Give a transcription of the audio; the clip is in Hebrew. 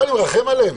מה, אני מרחם עליהן.